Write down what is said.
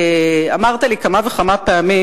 וכשאמרת לי כמה וכמה פעמים,